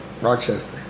Rochester